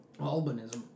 Albinism